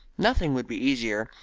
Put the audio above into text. nothing would be easier,